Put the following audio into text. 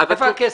איפה הכסף?